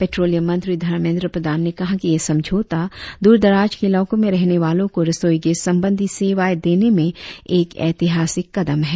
petroleum मंत्री धर्मेन्द्र प्रधान ने कहा कि यह समझौता दूरदराज के इलाको में रहने वालों को रसोई गैस संबंधी सेवाए देने में एक ऐतिहासिक कदम है